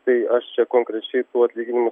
tai aš čia konkrečiai tų atlyginimų